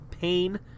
pain